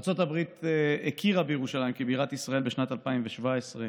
ארצות הברית הכירה בירושלים כבירת ישראל בשנת 2017,